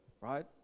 right